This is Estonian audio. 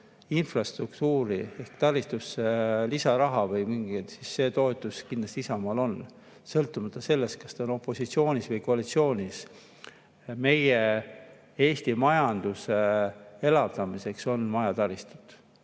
infrastruktuuri ehk taristusse lisaraha või midagi, siis see toetus kindlasti Isamaalt on, sõltumata sellest, kas [me oleme] opositsioonis või koalitsioonis. Eesti majanduse elavdamiseks on vaja taristut,